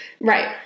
Right